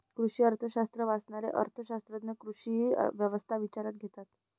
कृषी अर्थशास्त्र वाचणारे अर्थ शास्त्रज्ञ कृषी व्यवस्था विचारात घेतात